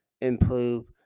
improve